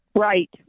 Right